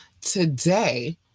today